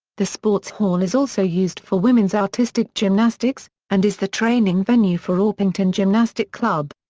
the sports hall is also used for women's artistic gymnastics, and is the training venue for orpington gymnastic club.